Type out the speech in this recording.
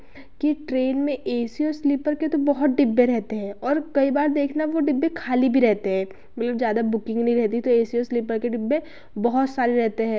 कि ट्रेन में A C और स्लीपर के तो बहुत डब्बे रहते हैं और कई बार देखना वे डब्बे खाली भी रहते हैं मतलब ज़्यादा बुकिंग नहीं रहती तो ए सी और स्लीपर के डब्बे बहुत सारे रहते हैं